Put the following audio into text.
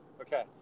okay